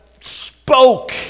spoke